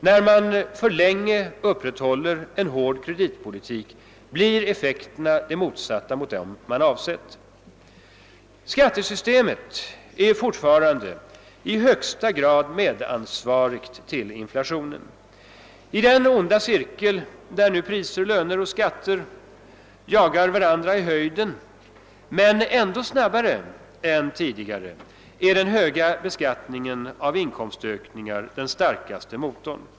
När man för länge upprätthåller en mycket hård kreditpolitik blir effekterna de motsatta mot dem man avsett. Skattesystemet är fortfarande i högsta grad medansvarigt till inflationen. I den onda cirkel, där nu priser, löner och skatter jagar varandra i höjden är den höga beskattningen av inkomstökningar den starkaste motorn.